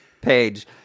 page